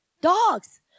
Dogs